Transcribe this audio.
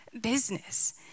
business